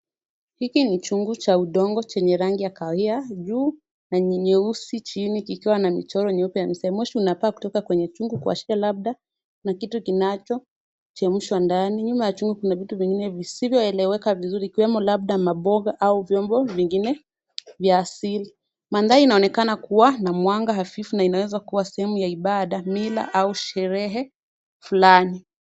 Hiki ni chungu cha udongo chenye rangi ya kahawia juu na ni nyeusi chini kikiwa na michoro nyeupe. Moshi unafaa kutoka kwenye chungu kuashiria labda kuna kitu kinachochemshwa ndani. Nyuma ya chungu kuna vitu vingine visivyoeleweka vizuri ikiwemo labda maboga au vyombo vingine vya asili. Mandhari inaonekana kuwa na mwanga hafifu na inaweza kuwa sehemu ya ibaada, mila au sherehe fulani.